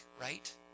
right